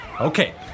Okay